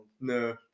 No